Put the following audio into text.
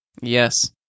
Yes